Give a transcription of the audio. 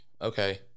okay